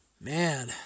Man